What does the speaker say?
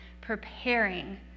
preparing